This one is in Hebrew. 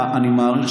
אני מעריך,